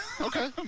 okay